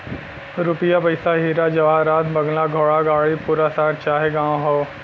रुपिया पइसा हीरा जवाहरात बंगला घोड़ा गाड़ी पूरा शहर चाहे गांव हौ